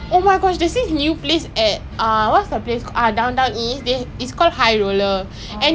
ya ah I always want to cycle leh when I young right I always cycle ah under my block and everything